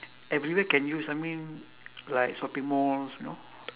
everywhere can use I mean like shopping malls you know